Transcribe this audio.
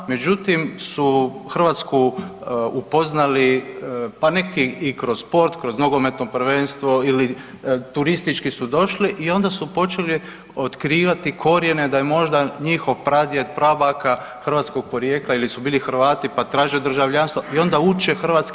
Međutim su Hrvatsku upoznali pa neki i kroz sport, kroz nogometno prvenstvo ili turistički su došli i onda su počeli otkrivati korijene da je možda njihov pradjed, prabaka hrvatskog porijekla ili su bili Hrvati pa traže državljanstvo i onda uče hrvatski.